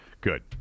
Good